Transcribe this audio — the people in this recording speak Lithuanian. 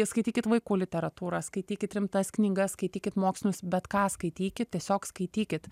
skaitykit vaikų literatūrą skaitykit rimtas knygas skaitykit mokslinius bet ką skaitykit tiesiog skaitykit